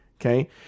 okay